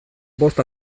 bost